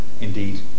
indeed